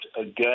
again